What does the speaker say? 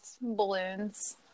balloons